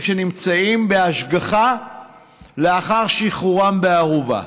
שנמצאים בהשגחה לאחר שחרורם בערבות.